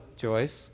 Joyce